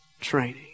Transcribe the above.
Training